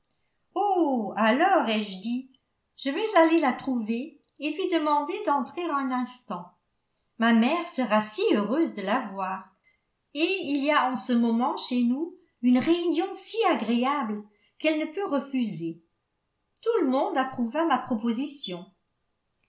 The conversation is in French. oh alors ai-je dit je vais aller la trouver et lui demander d'entrer un instant ma mère sera si heureuse de la voir et il y a en ce moment chez nous une réunion si agréable qu'elle ne peut refuser tout le monde approuva ma proposition